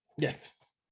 Yes